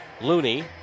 Looney